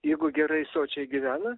jeigu gerai sočiai gyvena